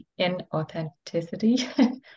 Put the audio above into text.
inauthenticity